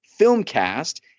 Filmcast